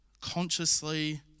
consciously